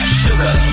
sugar